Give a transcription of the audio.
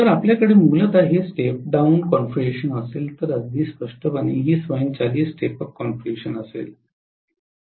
तर आपल्याकडे मूलत हे स्टेप डाउन कॉन्फिगरेशन असेल तर अगदी स्पष्टपणे ही स्वयंचलित स्टेप अप कॉन्फिगरेशन असेल